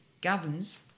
governs